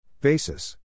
Basis